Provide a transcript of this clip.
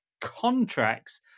contracts